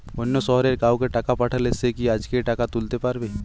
অন্য শহরের কাউকে টাকা পাঠালে সে কি আজকেই টাকা তুলতে পারবে?